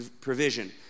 provision